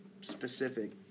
specific